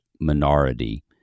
minority